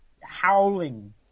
howling